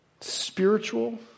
spiritual